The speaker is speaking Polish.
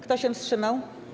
Kto się wstrzymał?